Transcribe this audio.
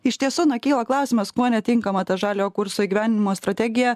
iš tiesų kyla klausimas kuo netinkama ta žaliojo kurso įgyvendinimo strategija